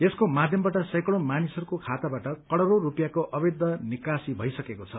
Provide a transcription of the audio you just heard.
यसको माध्यमबाट सैकडौँ मानिसहरूको खाताबाट करोडौँ रुपियाँको अवैध निकासी भइसकेको छ